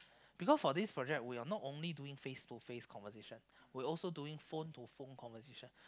because for this project we're not only doing face to face conversation we also doing phone to phone conversation